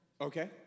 Okay